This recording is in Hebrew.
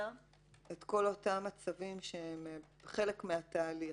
את כל אותם מצבים שהם חלק מהתהליך,